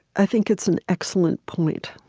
i think it's an excellent point.